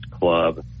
Club